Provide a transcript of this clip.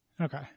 Okay